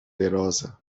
درازه